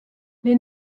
les